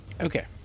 Okay